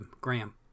Graham